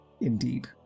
indeed